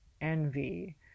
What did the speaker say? envy